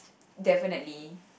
definitely